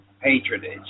patronage